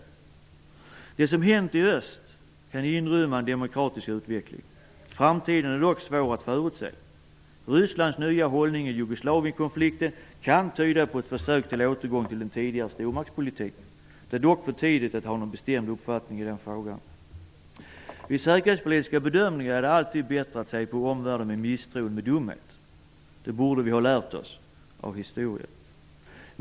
Det som hänt i öst kan inrymma en demokratisk utveckling. Framtiden är dock svår att förutse. Rysslands nya hållning i Jugoslavienkonflikten kan tyda på ett försök till återgång till den tidigare stormaktspolitiken. Det är dock för tidigt att ha någon bestämd uppfattning i frågan. Vid säkerhetspolitiska bedömningar är det alltid bättre att se på omvärlden med misstro än med dumhet -- det borde vi ha lärt oss av historien.